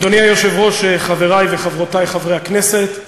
אדוני היושב-ראש, חברי וחברותי חברי הכנסת,